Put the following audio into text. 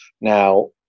now